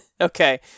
okay